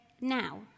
now